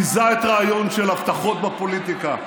ביזה את הרעיון של הבטחות בפוליטיקה.